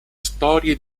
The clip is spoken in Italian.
storie